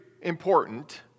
important